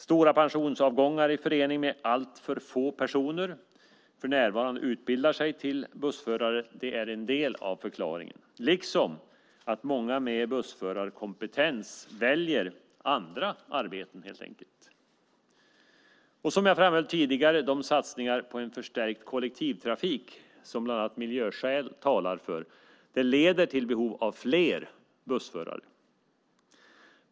Stora pensionsavgångar i förening med att alltför få personer för närvarande utbildar sig till bussförare är en del av förklaringen, liksom att många med bussförarkompetens helt enkelt väljer andra arbeten. Som jag framhöll tidigare leder de satsningar på en förstärkt kollektivtrafik, som bland annat miljöskäl talar för, till ett behov av fler bussförare.